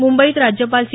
मुंबईत राज्यपाल सी